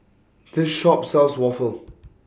This Shop sells Waffle